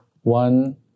one